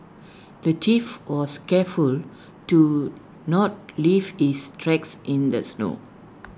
the thief was careful to not leave his tracks in the snow